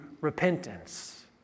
repentance